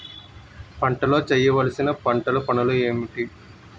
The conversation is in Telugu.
పంటలో చేయవలసిన పంటలు పనులు ఏంటి?